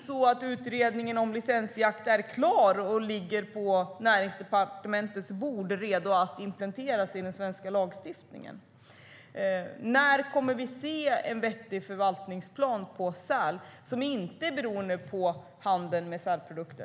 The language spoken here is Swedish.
Är inte utredningen om licensjakt klar och ligger på Näringsdepartementets bord, redo att implementeras i den svenska lagstiftningen? När kommer vi att se en vettig förvaltningsplan för säl som inte är beroende av handeln med sälprodukter?